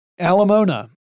Alamona